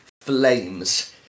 flames